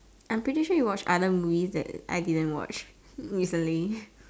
I'm pretty sure you watch other movies that I didn't watch recently